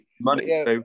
Money